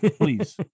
Please